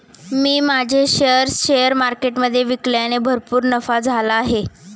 मी माझे shares share मार्केटमधे विकल्याने भरपूर नफा झाला आहे